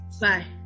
bye